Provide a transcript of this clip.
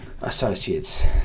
Associates